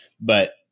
But-